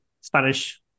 Spanish